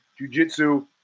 jujitsu